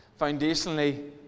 Foundationally